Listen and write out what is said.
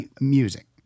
music